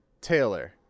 Taylor